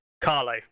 Carlo